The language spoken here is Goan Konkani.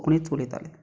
कोंकणीच उलयताले